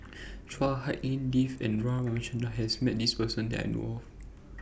Chua Hak Lien Dave and R Ramachandran has Met This Person that I know of